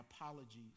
apologies